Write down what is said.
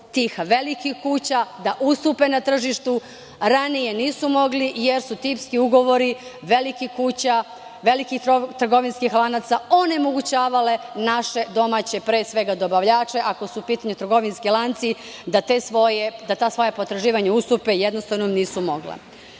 tih velikih kuća da ustupe na tržištu. To ranije nisu mogli jer su tipski ugovori velikih kuća, velikih trgovinskih lanaca onemogućavale naše domaće dobavljače, ako su u pitanju trgovinski lanci, da ta svoja potraživanja ustupe. Jednostavno, to nisu mogli.I